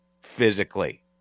physically